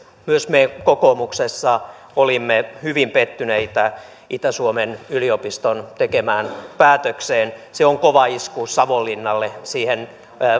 myös me kokoomuksessa olimme hyvin pettyneitä itä suomen yliopiston tekemään päätökseen se on kova isku savonlinnalle siihen